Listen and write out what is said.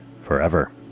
forever